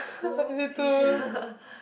oopsies